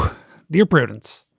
dear prudence,